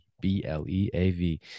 B-L-E-A-V